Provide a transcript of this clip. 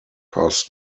cost